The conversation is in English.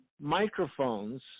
microphones